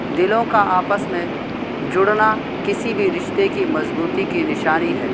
دلوں کا آپس میں جڑنا کسی بھی رشتے کی مضبوطی کی نشانی ہے